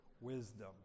Wisdom